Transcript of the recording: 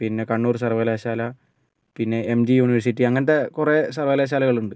പിന്നെ കണ്ണൂർ സർവ്വകലാശാല പിന്നെ എം ജി യൂണിവേഴ്സിറ്റി അങ്ങനത്തെ കുറേ സർവ്വകലാശാലകൾ ഉണ്ട്